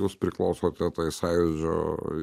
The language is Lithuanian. jūs priklausote tai sąjūdžio